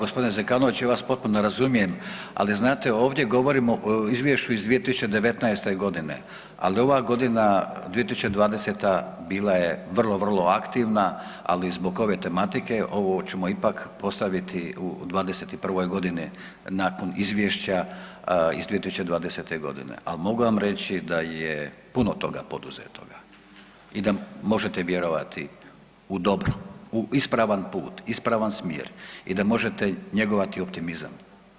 Hvala lijepa. g. Zekanović, ja vas potpuno razumijem, ali znate ovdje govorimo o izvješću iz 2019.g., ali ova godina 2020. bila je vrlo, vrlo aktivna, ali zbog ove tematike ovo ćemo ipak postaviti u '21.g. nakon izvješća iz 2020.g. Al mogu vam reći da je puno toga poduzetoga i da možete vjerovati u dobro, u ispravan put, isparavan smjer i da možete njegovati optimizam.